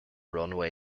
runway